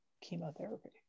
chemotherapy